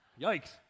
Yikes